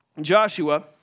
Joshua